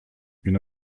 une